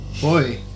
boy